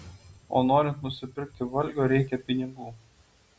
o norint nusipirkti valgio reikia pinigų